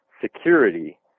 security